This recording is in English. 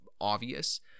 obvious